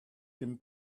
dim